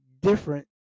different